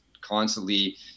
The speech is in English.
constantly